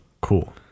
cool